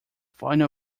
final